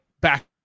back